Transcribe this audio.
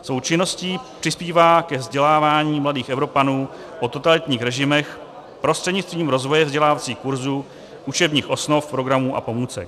Svou činností přispívá ke vzdělávání mladých Evropanů o totalitních režimech prostřednictvím rozvoje vzdělávacích kurzů, učebních osnov, programů a pomůcek.